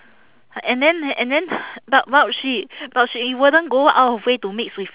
and then and then but but she but she wouldn't go out of way to mix with